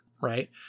right